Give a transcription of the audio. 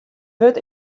wurd